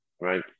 right